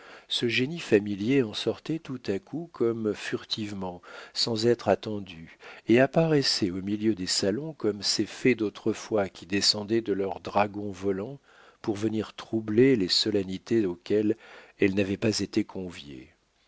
ce génie familier en sortait tout à coup comme furtivement sans être attendu et apparaissait au milieu des salons comme ces fées d'autrefois qui descendaient de leurs dragons volants pour venir troubler les solennités auxquelles elles n'avaient pas été conviées